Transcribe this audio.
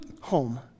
home